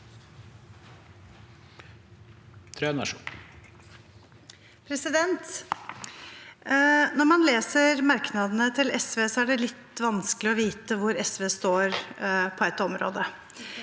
Når man leser merknadene til SV, er det litt vanskelig å vite hvor SV står på ett område.